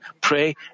pray